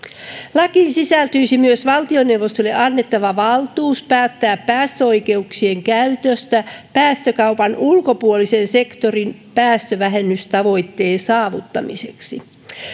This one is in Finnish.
lakiin sisältyisi myös valtioneuvostolle annettava valtuus päättää päästöoikeuksien käytöstä päästökaupan ulkopuolisen sektorin päästövähennystavoitteen saavuttamiseksi